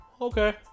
okay